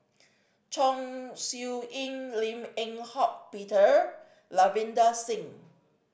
Chong Siew Ying Lim Eng Hock Peter Ravinder Singh